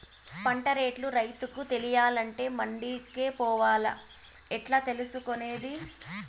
పంట రేట్లు రైతుకు తెలియాలంటే మండి కే పోవాలా? ఎట్లా తెలుసుకొనేది?